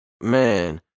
man